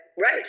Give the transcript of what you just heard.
right